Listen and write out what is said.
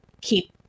keep